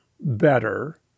better